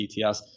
TTS